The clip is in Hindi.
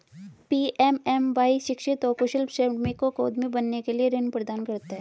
पी.एम.एम.वाई शिक्षित और कुशल श्रमिकों को उद्यमी बनने के लिए ऋण प्रदान करता है